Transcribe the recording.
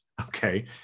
Okay